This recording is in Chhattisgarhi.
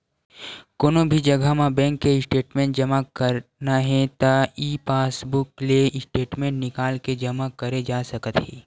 कोनो भी जघा म बेंक के स्टेटमेंट जमा करना हे त ई पासबूक ले स्टेटमेंट निकाल के जमा करे जा सकत हे